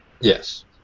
Yes